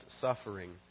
suffering